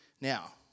Now